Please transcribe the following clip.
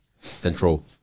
Central